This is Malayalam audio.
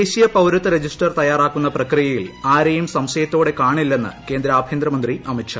ദേശീയ പൌരത്വ രജിസ്റ്റർ തയ്യാറാക്കുന്ന പ്രക്രിയയിൽ ആരെയും സംശയത്തോടെ കാണില്ലെന്ന് കേന്ദ്ര ആഭ്യന്തരമന്ത്രി അമിത് ഷാ